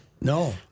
No